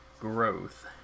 growth